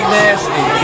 nasty